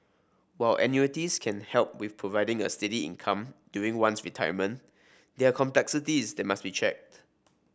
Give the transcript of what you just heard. while annuities can help with providing a steady income during one's retirement there are complexities that must be checked